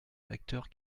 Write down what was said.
acteurs